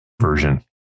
version